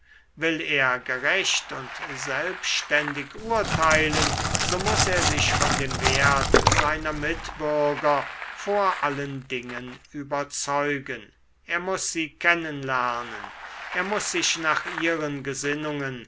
will er gerecht und selbständig urteilen so muß er sich von dem wert seiner mitbürger vor allen dingen überzeugen er muß sie kennen lernen er muß sich nach ihren gesinnungen